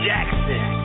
Jackson